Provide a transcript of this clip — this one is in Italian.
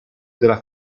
della